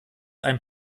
ein